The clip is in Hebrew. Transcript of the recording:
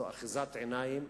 זו אחיזת עיניים.